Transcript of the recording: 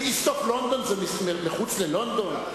"איסט אוף לונדון" זה מחוץ ללונדון?